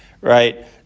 right